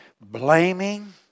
blaming